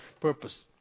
purpose